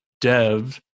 dev